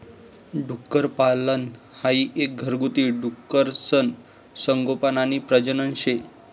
डुक्करपालन हाई एक घरगुती डुकरसनं संगोपन आणि प्रजनन शे